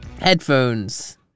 Headphones